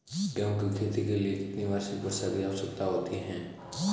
गेहूँ की खेती के लिए कितनी वार्षिक वर्षा की आवश्यकता होती है?